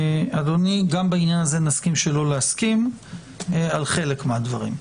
גם בעניין הזה נסכים לא להסכים על חלק מהדברים.